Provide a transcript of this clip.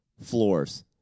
floors